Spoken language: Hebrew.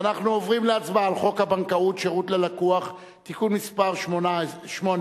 ואנחנו עוברים להצבעה על חוק הבנקאות (שירות ללקוח) (תיקון מס' 18),